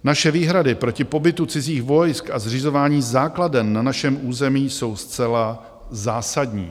Naše výhrady proti pobytu cizích vojsk a zřizování základen na našem území jsou zcela zásadní.